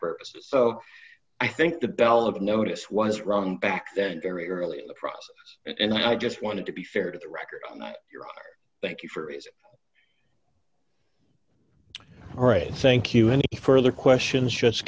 ers so i think the bell of notice was wrong back then very early in the process and i just wanted to be fair to the record thank you for it all right thank you any further question